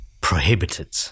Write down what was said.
prohibited